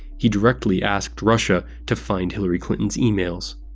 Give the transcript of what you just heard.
he directly asked russia to find hillary clinton's emails.